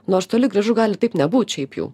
nors toli gražu gali taip nebūt šiaip jau